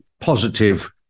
positive